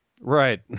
Right